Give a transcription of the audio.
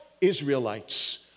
Israelites